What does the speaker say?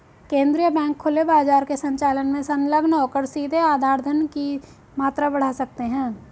केंद्रीय बैंक खुले बाजार के संचालन में संलग्न होकर सीधे आधार धन की मात्रा बढ़ा सकते हैं